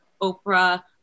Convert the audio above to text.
Oprah